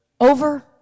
over